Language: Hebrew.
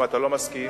אני לא מסכים,